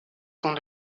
sont